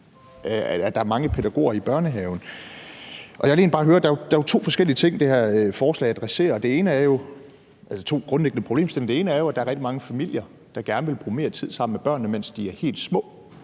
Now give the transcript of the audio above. at der er mange pædagoger i børnehaven. Der er to grundlæggende problemstillinger, det her forslag adresserer. Det ene er jo, at der er rigtig mange familier, der gerne vil bruge mere tid sammen med børnene, mens de er helt små,